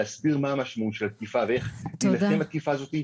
להסביר מה המשמעות של התקיפה ואיך היא תילחם בתקיפה הזאת,